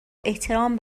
احترام